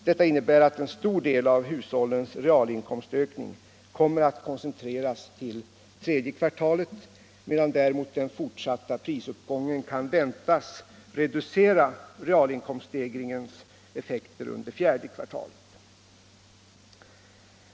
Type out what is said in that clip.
Det innebär att en stor del av hushållens realinkomstökning kommer att koncentreras till tredje kvartalet medan däremot den fortsatta prisuppgången kan väntas reducera realinkomststegringens effekter under fjärde kvartalet.